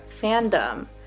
fandom